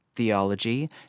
theology